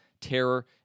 terror